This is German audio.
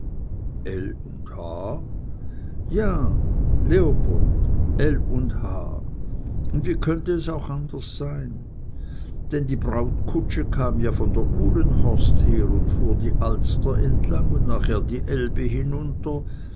ja leopold l und h und wie könnte es auch anders sein denn die brautkutsche kam ja von der uhlenhorst her und fuhr die alster entlang und nachher die elbe hinunter